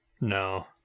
No